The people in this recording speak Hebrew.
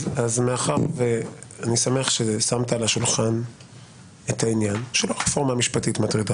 אני שמח ששמת על השולחן את העניין שלא הרפורמה המשפטית מטרידה